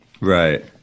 Right